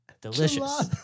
delicious